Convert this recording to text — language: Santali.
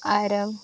ᱟᱨ